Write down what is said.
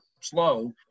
slow